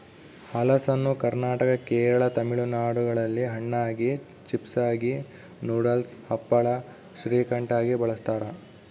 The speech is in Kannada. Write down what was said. ಹಲಸನ್ನು ಕರ್ನಾಟಕ ಕೇರಳ ತಮಿಳುನಾಡುಗಳಲ್ಲಿ ಹಣ್ಣಾಗಿ, ಚಿಪ್ಸಾಗಿ, ನೂಡಲ್ಸ್, ಹಪ್ಪಳ, ಶ್ರೀಕಂಠ ಆಗಿ ಬಳಸ್ತಾರ